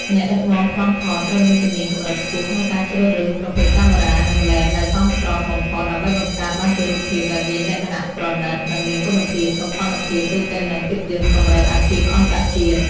អ្នកដឹកនាំប្លង់ថតត្រូវមានជំនាញកម្រិតខ្ពស់ក្នុងការជ្រើសរើសប្រភេទកាមេរ៉ា និងឡេនដែលសមស្របបំផុត ដើម្បីបង្កើតបានជារូបភាពដែលមានលក្ខណៈប្រណីត និងមានគុណភាពសោភ័ណភាពដូចទៅនឹងភាពយន្តកម្រិតអាជីពអន្តរជាតិ។